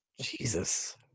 Jesus